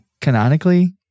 Canonically